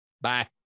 Bye